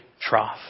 trough